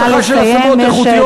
אין שום הבטחה של השמות איכותיות,